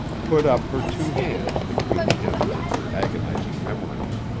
put up her two hands between him and her agonizing memories.